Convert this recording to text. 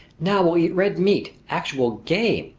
now we'll eat red meat! actual game!